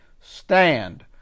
stand